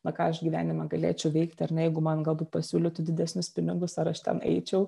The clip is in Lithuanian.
na ką aš gyvenime galėčiau veikti ar ne jeigu man galbūt pasiūlytų didesnius pinigus ar aš ten eičiau